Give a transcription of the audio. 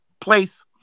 place